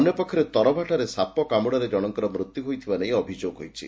ଅନ୍ୟପକ୍ଷରେ ତରଭାଠାରେ ସାପ କାମୁଡାରେ ଜଶଙ୍କର ମୃତ୍ୟୁ ହୋଇଥିବା ନେଇ ଅଭିଯୋଗ ହୋଇଛି